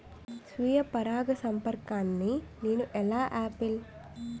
స్వీయ పరాగసంపర్కాన్ని నేను ఎలా ఆపిల్?